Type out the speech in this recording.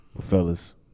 fellas